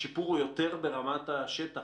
השיפור הוא יותר ברמת השטח,